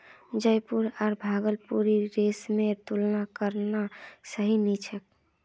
जयपुरी आर भागलपुरी रेशमेर तुलना करना सही नी छोक